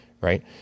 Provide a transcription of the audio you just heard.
Right